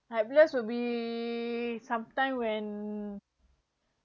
helpless will be sometime when